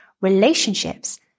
relationships